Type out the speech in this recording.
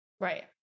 Right